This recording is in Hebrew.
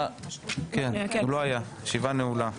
הישיבה נעולה.